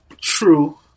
True